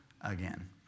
Again